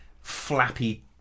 flappy